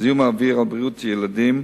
זיהום האוויר על בריאות ילדים,